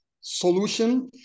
solution